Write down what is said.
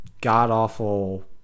god-awful